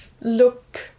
look